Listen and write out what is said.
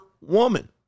woman